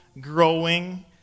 growing